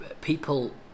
people